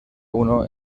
uno